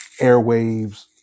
airwaves